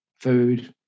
food